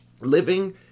living